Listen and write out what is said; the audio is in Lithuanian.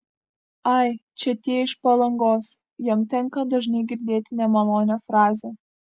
ai čia tie iš palangos jam tenka dažnai girdėti nemalonią frazę